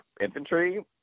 infantry